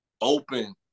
open